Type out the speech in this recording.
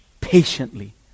patiently